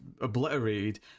obliterated